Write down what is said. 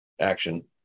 action